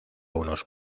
unos